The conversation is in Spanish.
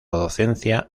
docencia